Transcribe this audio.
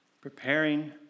Preparing